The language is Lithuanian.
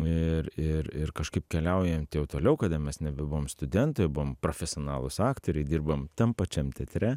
ir ir ir kažkaip keliaujant jau toliau kada mes nebebuvom studentai o buvom profesionalūs aktoriai dirbom tam pačiam teatre